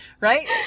Right